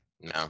No